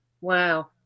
Wow